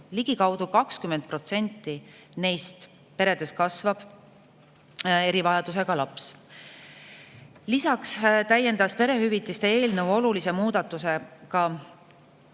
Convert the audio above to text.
Ligikaudu 20%‑s neist peredest kasvab erivajadusega laps. Lisaks täiendati perehüvitiste eelnõu olulise muudatusega,